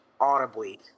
audibly